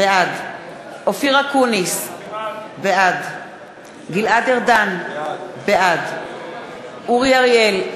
בעד אופיר אקוניס, בעד גלעד ארדן, בעד אורי אריאל,